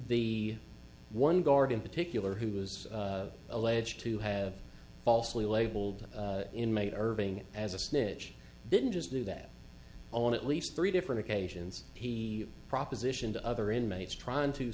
the one guard in particular who was alleged to have falsely labeled inmate irving as a snitch didn't just do that on at least three different occasions he propositioned other inmates trying to